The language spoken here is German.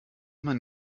man